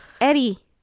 Eddie